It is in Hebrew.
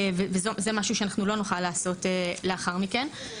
זה משהו שאנחנו לא נוכל לעשות לאחר מכן.